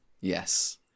Yes